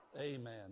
Amen